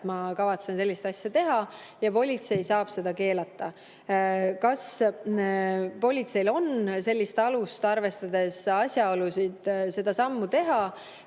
et ma kavatsen sellist asja teha, ja politsei saab seda keelata. Kas politseil on alust, arvestades asjaolusid, seda sammu teha?